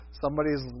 somebody's